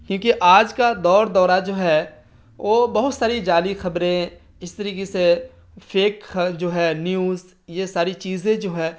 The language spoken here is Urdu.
کیونکہ آج کا دور دورہ جو ہے وہ بہت ساری جعلی خبریں اس طریقے سے فیک جو ہے نیوز یہ ساری چیزیں جو ہے